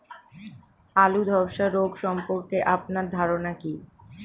আলু ধ্বসা রোগ সম্পর্কে আপনার ধারনা কী?